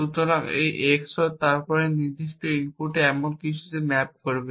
সুতরাং এই EX OR তারপরে নির্দিষ্ট ইনপুটকে এমন কিছুতে ম্যাপ করবে